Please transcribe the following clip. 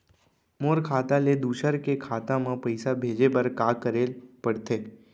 मोर खाता ले दूसर के खाता म पइसा भेजे बर का करेल पढ़थे?